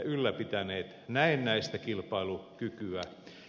ylläpitäneet näennäistä kilpailukykyä